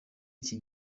iki